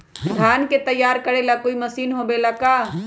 धान के तैयार करेला कोई मशीन होबेला का?